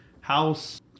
house